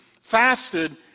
fasted